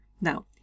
Now